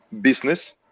business